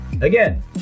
again